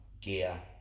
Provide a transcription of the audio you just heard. Gear